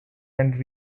and